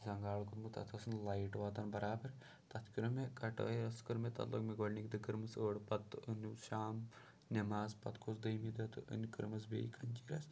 زَنگال کوٚرمُت تَتھ ٲس نہٕ لایِٹ واتان بَرابَر تَتھ کٔرِو مےٚ کَٹٲۍ ٲسۍ کٔر مےٚ تَتھ لوٚگ مےٚ گۄڈنِکۍ دٔہ کٔرمَس أڑۍ پَتہٕ أنِو شام نٮ۪ماز پَتہٕ گوٚس دٔیمہِ دۄہ تہٕ أنۍ کٔرٕمَس بیٚیہِ کَنچی رٔژھ